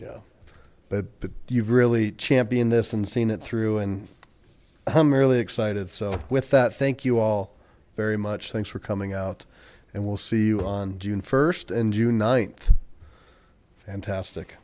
but but you've really championed this and seen it through and i'm really excited so with that thank you all very much thanks for coming out and we'll see you on june first and you ninth fantastic